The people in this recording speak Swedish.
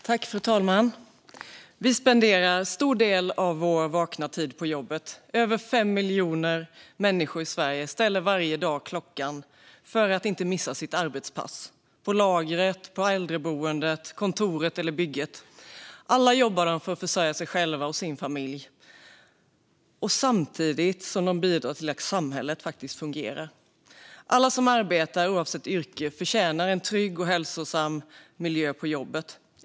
Fru talman! Vi spenderar stor del av vår vakna tid på jobbet. Över 5 miljoner människor i Sverige ställer varje dag klockan för att inte missa sitt arbetspass på lagret, äldreboendet, kontoret eller bygget. Alla jobbar de för att försörja sig själva och sin familj samtidigt som de bidrar till att samhället faktiskt fungerar. Alla som arbetar, oavsett yrke, förtjänar en trygg och hälsosam miljö på jobbet.